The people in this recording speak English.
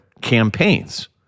campaigns